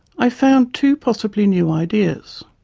i found two possibly new ideas.